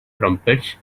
trumpets